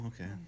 okay